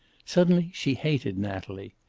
suddenly she hated natalie.